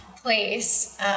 place